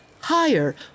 higher